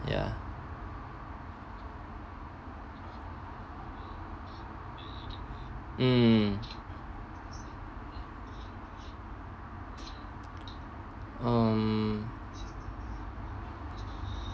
ya mm um